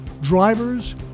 drivers